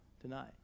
tonight